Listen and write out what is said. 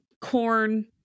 corn